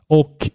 och